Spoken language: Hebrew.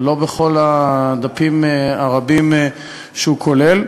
לא בכל הדפים הרבים שהוא כולל,